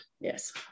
Yes